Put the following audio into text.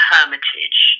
Hermitage